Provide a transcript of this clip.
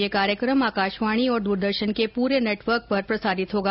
ये कार्यक्रम आकाशवाणी और दूरदर्शन के पूरे नेटवर्क पर प्रसारित होगा